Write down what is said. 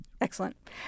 Excellent